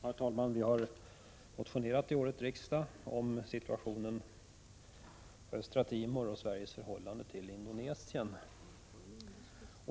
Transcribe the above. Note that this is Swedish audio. Herr talman! Vi har under årets riksmöte motionerat om situationen för Östra Timor och Sveriges förhållande till Indonesien.